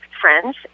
friends